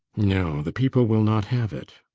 no, the people will not have it.